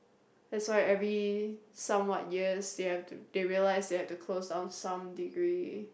that's why every somewhat years they have to they realised they have to close down some degree